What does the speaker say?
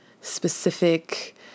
specific